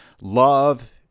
love